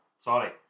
Sorry